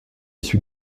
suis